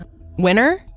winner